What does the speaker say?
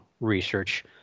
research –